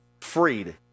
freed